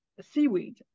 seaweed